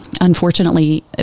unfortunately